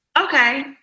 Okay